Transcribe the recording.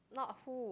not who